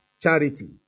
charity